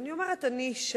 ואני אומרת: אני אשה.